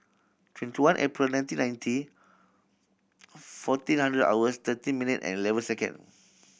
twenty one April nineteen ninety fourteen hundred hours thirteen minute and eleven second